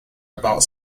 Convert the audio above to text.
about